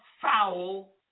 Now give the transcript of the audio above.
foul